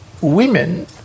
Women